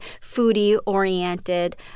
foodie-oriented